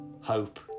hope